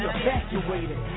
evacuated